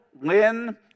Lynn